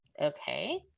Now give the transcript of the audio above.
okay